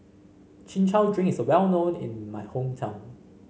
Chin Chow Drink is well known in my hometown